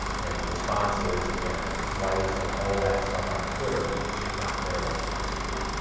and responses and likes and all of that stuff on twitter, it's just not there like it used to be.